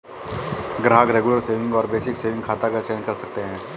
ग्राहक regular saving और basic saving खाता का चयन कर सकते है